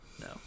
No